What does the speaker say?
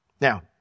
Now